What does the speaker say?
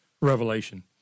Revelation